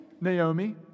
Naomi